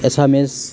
एसामिस